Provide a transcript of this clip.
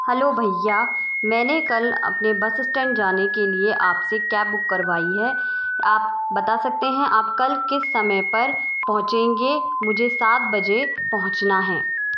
hello भइया मैंने कल अपने बस स्टैंड जाने के लिए आपसे कैब बुक करवायी हैं आप बता सकते हैं आप कल किस समय पर पहुँचेंगे मुझे सात बजे पहुँचना है